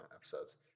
episodes